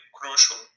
crucial